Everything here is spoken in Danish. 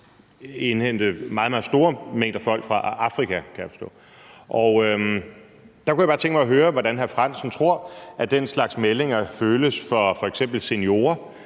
meget, meget store mængder folk fra Afrika, kan jeg forstå. Der kunne jeg godt tænke mig at høre, hvordan hr. Henrik Frandsen tror at den slags meldinger føles for f.eks. seniorer,